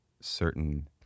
certain